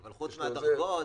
חוץ מהדרגות,